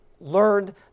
learned